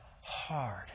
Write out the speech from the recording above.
hard